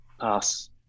pass